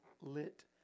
lit